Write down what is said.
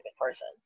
person